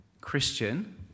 Christian